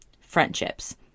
friendships